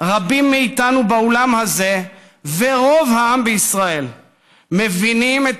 רבים מאיתנו באולם הזה ורוב העם בישראל מבינים את